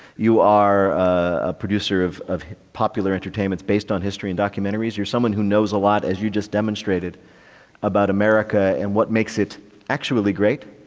you are a producer of of popular entertainment based on history and documentaries or someone who knows a lot as you just demonstrated about america. and what makes it actually great.